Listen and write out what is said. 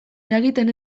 eragiten